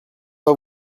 pas